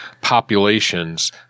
populations